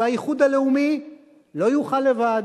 והאיחוד הלאומי לא יוכל לבד.